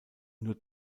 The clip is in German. nur